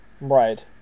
Right